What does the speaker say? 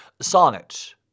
Sonnet